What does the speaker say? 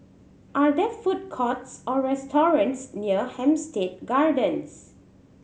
are there food courts or restaurants near Hampstead Gardens